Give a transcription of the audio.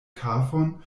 kafon